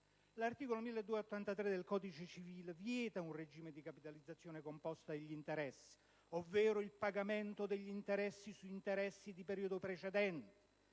L'articolo 1283 del codice civile vieta un regime di capitalizzazione composta degli interessi, ovvero il pagamento degli interessi su interessi di periodi precedenti,